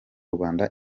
rwanda